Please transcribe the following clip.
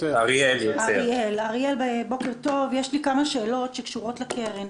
אריאל בוקר טוב, יש לי כמה שאלות שקשורות לקרן: